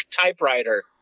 typewriter